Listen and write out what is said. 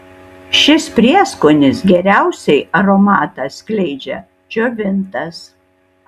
šis prieskonis geriausiai aromatą skleidžia džiovintas